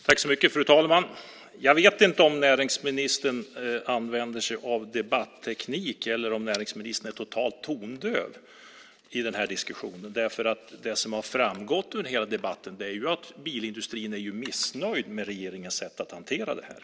Fru talman! Jag vet inte om näringsministern använder sig av debatteknik eller om näringsministern är totalt tondöv i den här diskussionen. Som framgått under hela debatten är bilindustrin missnöjd med regeringens sätt att hantera det här.